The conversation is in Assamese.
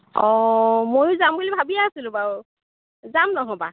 অঁ মইও যাম বুলি ভাবিয়েই আছিলোঁ বাৰু যাম নহ'বা